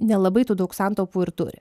nelabai daug santaupų ir turi